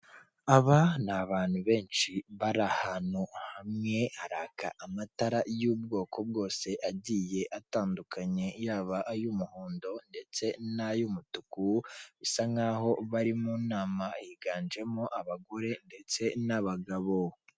Aba ni abantu benshi bari ahantu hamwe haraka amatara y'ubwoko bwose agiye atandukanye yaba ay'umuhondo ndetse n'ayumutuku, bisa nkaho bari mu nama higanjemo abagore ndetse n'abagabo.